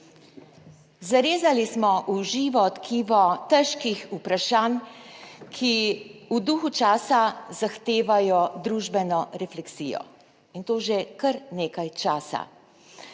Zarezali smo v živo tkivo težkih vprašanj, ki v duhu časa zahtevajo družbeno refleksijo, in to že kar nekaj časa.